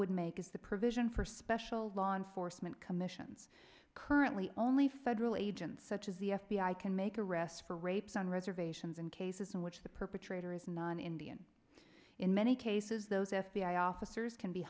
would make is the provision for special law enforcement commissions currently only federal agents such as the f b i can make arrests for rapes on reservations in cases in which the perpetrator is not an indian in many cases those f b i officers can be